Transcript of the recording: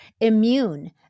immune